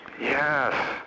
Yes